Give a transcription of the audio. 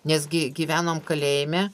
nes gi gyvenom kalėjime